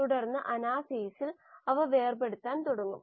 അതിനാൽ നമ്മുടെ ആദ്യ മോഡലിലൂടെ പോകുമ്പോൾ ഇത് rx സമം mu x എന്ന് എഴുതാം